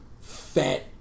fat